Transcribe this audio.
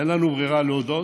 אין לנו ברירה אלא להודות: